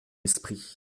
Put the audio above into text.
esprit